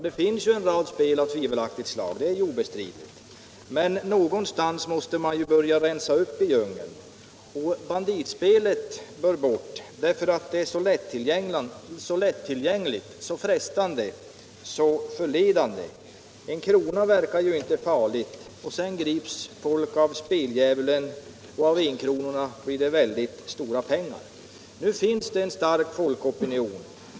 Det finns en rad spel av tvivelaktigt slag, men någonstans måste man ju börja rensa upp det hela. Banditspelet bör bort, därför att det är så lättillgängligt, så frestande. En krona verkar ju inte så farligt, men folk grips lätt av speldjävulen och enkronorna blir till mycket stora pengar. Det finns en stark folkopinion.